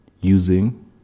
using